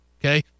Okay